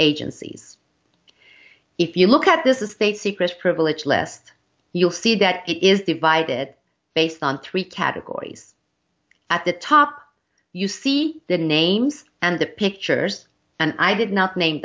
agencies if you look at this estate secrets privilege lest you'll see that it is divided based on three categories at the top you see the names and the pictures and i did not name